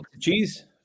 Cheese